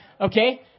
Okay